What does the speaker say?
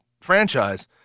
franchise